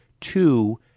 two